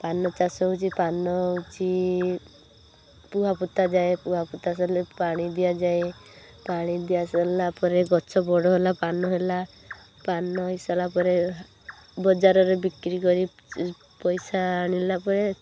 ପାନ ଚାଷ ହେଉଛି ପାନ ହେଉଛି ପୁଆ ପୋତା ଯାଏ ପୁଆ ପୋତା ସରିଲେ ପାଣି ଦିଆଯାଏ ପାଣି ଦିଆ ସରିଲା ପରେ ଗଛ ବଡ଼ ହେଲା ପାନ ହେଲା ପାନ ହେଇ ସାରିଲା ପରେ ବଜାରରେ ବିକ୍ରି କରି ପଇସା ଆଣିଲା ପରେ